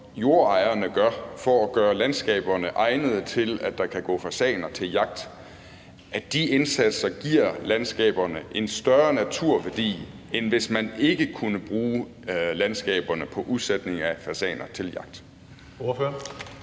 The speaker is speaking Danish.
jordejerne gør for at gøre landskaberne egnede til, at der kan gå fasaner til jagt, giver landskaberne en større naturværdi, end hvis man ikke kunne bruge landskaberne til udsætning af fasaner til jagt?